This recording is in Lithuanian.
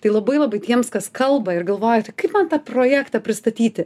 tai labai labai tiems kas kalba ir galvojate kaip man tą projektą pristatyti